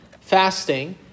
fasting